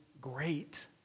great